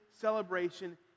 celebration